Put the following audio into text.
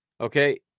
Okay